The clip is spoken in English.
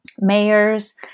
mayors